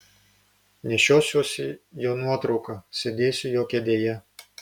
nešiosiuosi jo nuotrauką sėdėsiu jo kėdėje